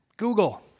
Google